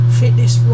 fitness